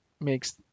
makes